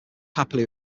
happily